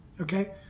okay